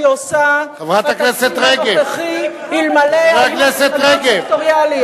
עושה בתפקיד הנוכחי אלמלא היו סכנות סקטוריאליות.